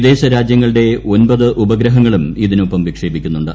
വിദേശരാജ്യങ്ങളുടെ ഒമ്പത് ഉപഗ്രഹങ്ങളും ഇതിനൊപ്പം ്രവിക്ഷേപിക്കുന്നുണ്ട്